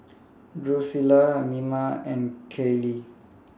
Drusilla Mima and Kailee